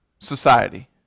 society